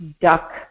duck